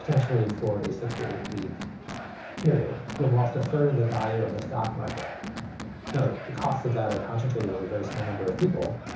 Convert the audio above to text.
potentially for a six to eight week period. we've lost a third of the value of the stock market now that the costs of that are concentrated on a very small number of people,